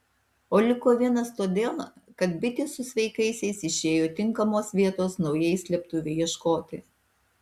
o liko vienas todėl kad bitė su sveikaisiais išėjo tinkamos vietos naujai slėptuvei ieškoti